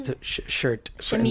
shirt